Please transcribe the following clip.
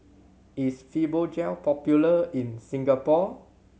is Fibogel popular in Singapore